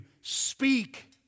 speak